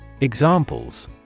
Examples